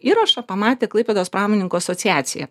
įrašą pamatė klaipėdos pramoninkų asociacija